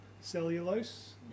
cellulose